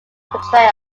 betrayal